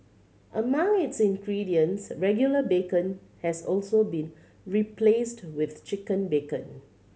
among its ingredients regular bacon has also been replaced with chicken bacon